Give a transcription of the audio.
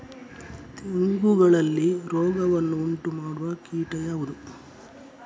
ತೆಂಗುಗಳಲ್ಲಿ ರೋಗವನ್ನು ಉಂಟುಮಾಡುವ ಕೀಟ ಯಾವುದು?